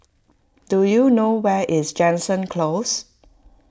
do you know where is Jansen Close